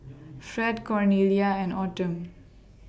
Fred Cornelia and Autumn